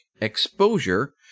Exposure